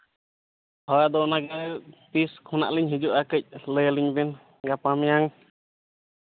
ᱦᱳᱭ ᱟᱫᱚ ᱚᱱᱟ ᱜᱮ ᱛᱤᱥ ᱠᱷᱚᱱᱟᱜ ᱞᱤᱧ ᱦᱤᱡᱩᱜᱼᱟ ᱠᱟᱹᱡ ᱞᱟᱹᱭ ᱟᱹᱞᱤᱧ ᱵᱮᱱ ᱜᱟᱯᱟ ᱢᱮᱭᱟᱝ